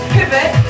Pivot